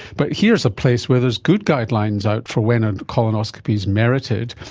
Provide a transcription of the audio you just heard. but here's a place where there is good guidelines out for when a colonoscopy is merited.